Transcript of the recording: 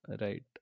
right